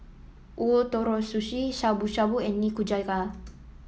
Ootoro Sushi Shabu Shabu and Nikujaga